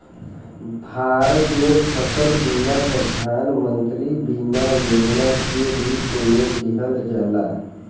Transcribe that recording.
भारत में फसल बीमा प्रधान मंत्री बीमा योजना के रूप में दिहल जाला